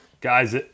Guys